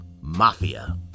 MAFIA